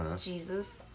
Jesus